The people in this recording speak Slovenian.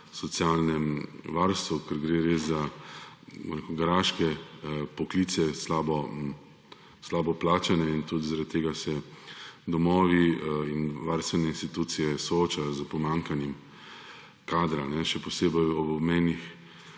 socialnem varstvu, ker gre res za garaške poklice, slabo plačane. Tudi zaradi tega se domovi in varstvene institucije soočajo s pomanjkanjem kadra, še posebej v obmejnih